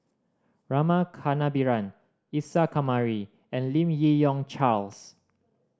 Rama Kannabiran Isa Kamari and Lim Yi Yong Charles